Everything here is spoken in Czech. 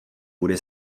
bude